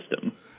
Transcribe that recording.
system